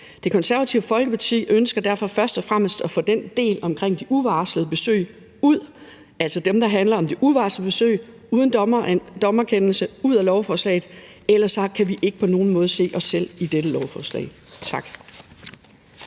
Det Konservative Folkeparti ønsker derfor først og fremmest at få den del om de uvarslede besøg, altså den del, der handler om de uvarslede besøg uden dommerkendelse, ud af lovforslaget, for ellers kan vi på ingen måde se os selv i dette lovforslag. Tak.